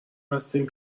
هستیم